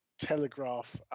telegraph